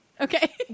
Okay